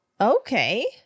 Okay